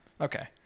Okay